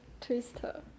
twister